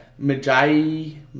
Majai